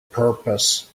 purpose